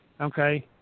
okay